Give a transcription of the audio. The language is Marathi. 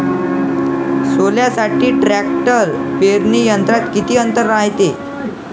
सोल्यासाठी ट्रॅक्टर पेरणी यंत्रात किती अंतर रायते?